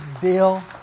deal